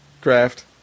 craft